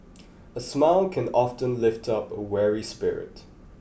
a smile can often lift up a weary spirit